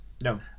No